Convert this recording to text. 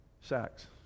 sacks